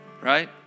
right